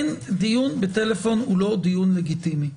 דיון בטלפון אינו לגיטימי,